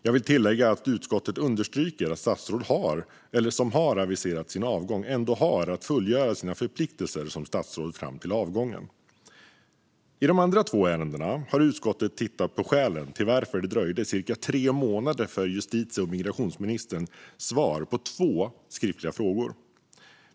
Jag vill tillägga att utskottet understryker att statsråd som har aviserat sin avgång ändå har att fullgöra sina förpliktelser som statsråd fram till avgången. I de andra två ärendena har utskottet tittat på skälen till att justitie och migrationsministerns svar på två skriftliga frågor dröjde cirka tre månader.